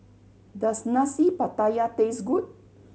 does Nasi Pattaya taste good